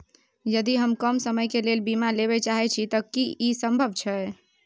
यदि हम कम समय के लेल बीमा लेबे चाहे छिये त की इ संभव छै?